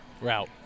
route